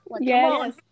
Yes